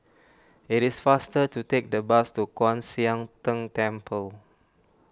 it is faster to take the bus to Kwan Siang Tng Temple